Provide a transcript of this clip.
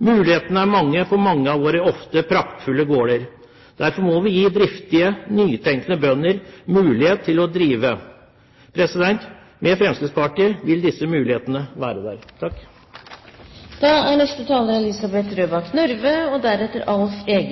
Mulighetene er mange på flere av våre ofte praktfulle gårder. Derfor må vi gi driftige, nytenkende bønder mulighet til å drive. Med Fremskrittspartiet vil mulighetene være der. Det er